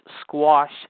squash